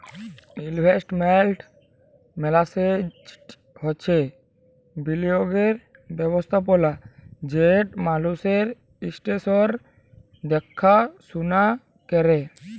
investment management হছে বিলিয়গের ব্যবস্থাপলা যেট মালুসের এসেট্সের দ্যাখাশুলা ক্যরে